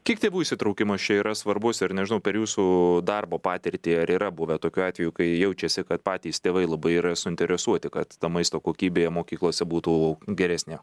kiek tėvų įsitraukimas čia yra svarbus ir nežinau per jūsų darbo patirtį ar yra buvę tokių atvejų kai jaučiasi kad patys tėvai labai yra suinteresuoti kad ta maisto kokybė mokyklose būtų geresnė